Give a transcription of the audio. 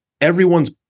everyone's